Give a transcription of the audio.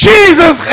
Jesus